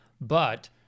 But-